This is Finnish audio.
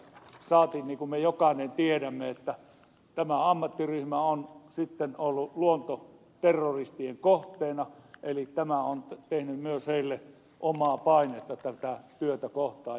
niin kuin me jokainen tiedämme tämä ammattiryhmä on ollut luontoterroristien kohteena eli tämä on tehnyt myös heille omaa painetta tätä työtä kohtaan